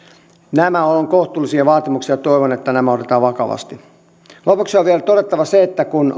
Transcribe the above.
nämä ovat kohtuullisia vaatimuksia ja toivon että nämä otetaan vakavasti lopuksi on vielä todettava se että kun